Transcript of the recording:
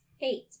Eight